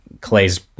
Clay's